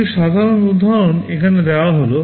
কিছু সাধারণ উদাহরণ এখানে দেওয়া হল